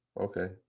okay